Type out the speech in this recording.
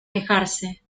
quejarse